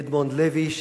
אדמונד לוי,